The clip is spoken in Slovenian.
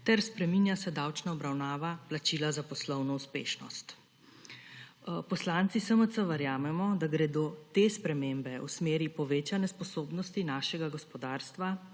ter spreminja se davčna obravnava plačila za poslovno uspešnost. Poslanci SMC verjamemo, da gredo te spremembe v smeri povečane sposobnosti našega gospodarstva,